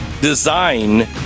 design